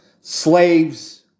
slaves